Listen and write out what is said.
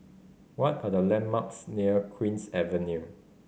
what are the landmarks near Queen's Avenue